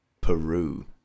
Peru